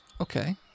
Okay